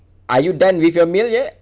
are you done with your meal yet